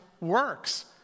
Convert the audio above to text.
works